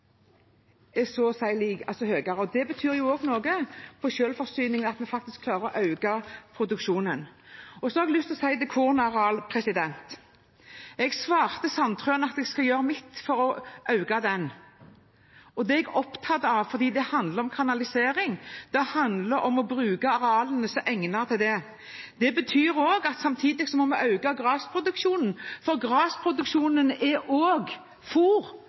det gjelder kornareal, svarte jeg Sandtrøen at jeg skal gjøre mitt for å øke det. Det er jeg opptatt av, fordi det handler om kanalisering. Det handler om å bruke arealene som er egnet til det. Det betyr også at vi samtidig må øke grasproduksjonen, for gras er